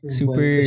super